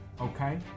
Okay